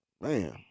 Man